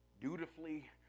dutifully